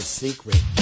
Secret